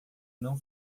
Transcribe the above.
não